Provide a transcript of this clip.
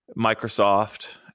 Microsoft